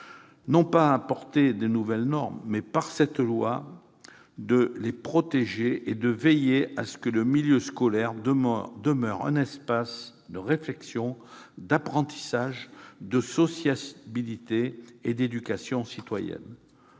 non pas d'instaurer de nouvelles normes, mais de les protéger et de veiller à ce que le milieu scolaire demeure un espace d'apprentissage, de sociabilité et d'éducation citoyenne.